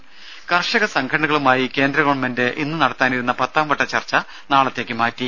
രും കർഷക സംഘടനകളുമായി കേന്ദ്ര ഗവൺമെന്റ് ഇന്ന് നടത്താനിരുന്ന പത്താംവട്ട ചർച്ച നാളത്തേക്ക് മാറ്റി